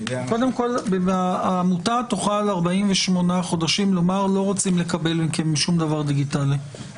קודם כל העמותה תוכל 48 חודשים לומר לא רוצים לקבל מכם שום דבר דיגיטלי.